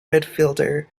midfielder